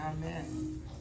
Amen